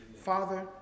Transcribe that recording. Father